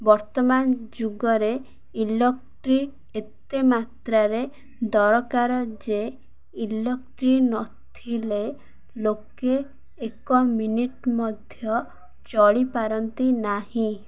ବର୍ତ୍ତମାନ ଯୁଗରେ ଇଲକ୍ଟ୍ରିକ୍ ଏତେ ମାତ୍ରାରେ ଦରକାର ଯେ ଇଲକ୍ଟ୍ରିକ୍ ନ ଥିଲେ ଲୋକେ ଏକ ମିନିଟ୍ ମଧ୍ୟ ଚଳିପାରନ୍ତି ନାହିଁ